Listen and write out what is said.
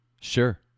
Sure